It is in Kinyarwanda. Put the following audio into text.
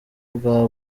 bwa